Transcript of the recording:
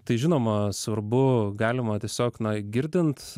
tai žinoma svarbu galima tiesiog na girdint